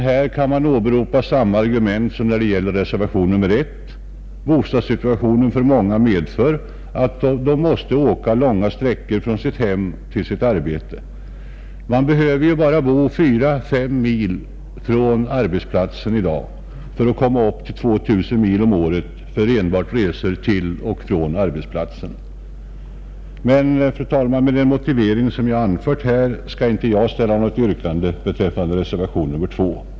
Här kan man åberopa samma argument som när det gäller reservation nr 1: bostadssituationen för många medför att de måste åka långa sträckor från sitt hem till sitt arbete. Man behöver bara bo 4,5 mil från sin arbetsplats för att komma upp i 2 000 mil om året för enbart resor till och från arbetsplatsen. Men, fru talman, med den motivering som jag anfört skall inte jag ställa något yrkande beträffande reservationen 2.